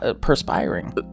perspiring